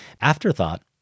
Afterthought